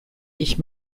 ich